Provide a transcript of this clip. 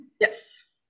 Yes